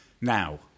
Now